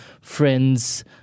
friends